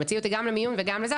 המציאות היא גם למיון וגם לזה,